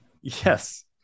Yes